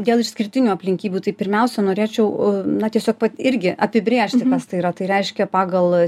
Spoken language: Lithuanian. dėl išskirtinių aplinkybių tai pirmiausia norėčiau na tiesiog pat irgi apibrėžti kas tai yra tai reiškia pagal